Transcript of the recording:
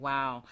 Wow